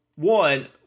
One